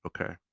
okay